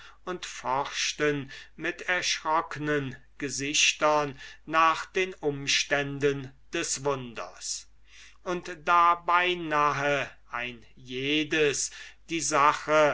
und forschten mit erschrocknen gesichtern nach den umständen des wunders und da beinahe ein jedes die sache